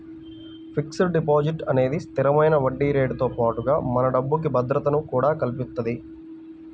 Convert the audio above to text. fixed deposit అనేది స్థిరమైన వడ్డీరేటుతో పాటుగా మన డబ్బుకి భద్రతను కూడా కల్పిత్తది